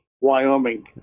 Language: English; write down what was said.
Wyoming